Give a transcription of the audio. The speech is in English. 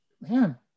man